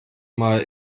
mal